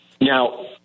Now